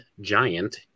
giant